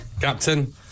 Captain